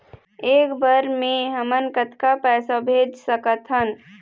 एक बर मे हमन कतका पैसा भेज सकत हन?